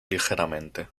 ligeramente